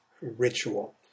ritual